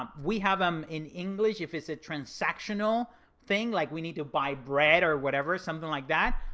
um we have em in english, if it's a transactional thing, like we need to buy bread or whatever, something like that.